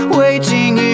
waiting